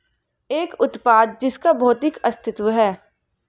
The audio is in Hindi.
एक उत्पाद जिसका भौतिक अस्तित्व है?